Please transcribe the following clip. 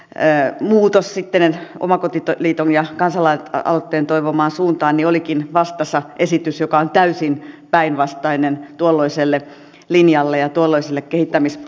eräät muut osittainen energiatodistuksen muutos omakotiliiton ja kansalaisaloitteen toivomaan suuntaan niin olikin vastassa esitys joka on täysin päinvastainen tuolloiselle linjalle ja tuolloisille kehittämistoimille